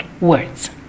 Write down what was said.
words